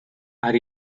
are